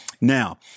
Now